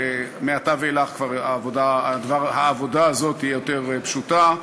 ומעתה ואילך כבר העבודה הזאת תהיה יותר פשוטה.